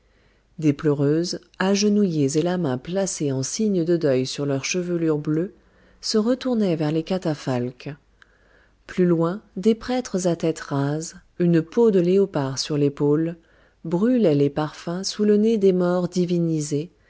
des pleureuses agenouillées et la main placée en signe de deuil sur leur chevelure bleue se retournaient vers les catafalques tandis que des prêtres à tête rase une peau de léopard sur l'épaule brûlaient les parfums sous le nez des morts divinisés